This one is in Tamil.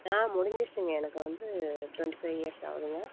ஆ முடிஞ்சுருச்சிங்க எனக்கு வந்து ட்வெண்ட்டி ஃபைவ் இயர்ஸ் ஆகுதுங்க